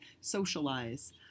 socialize